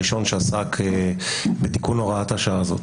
הראשון שעסק בתיקון הוראת השעה הזאת.